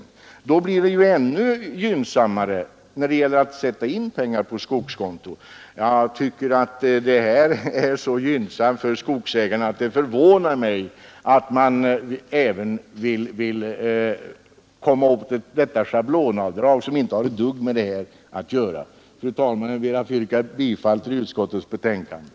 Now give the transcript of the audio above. I så fall blir det ännu gynnsammare att sätta in pengar på skogskonto, men redan nu har skogsägarna sådana fördelar att det förvånar mig att reservanterna också vill komma åt schablonavdraget, Nr 115 som inte har ett dugg med saken att göra. - Fredagen den Fru talman! Jag ber att få yrka bifall till utskottets förslag.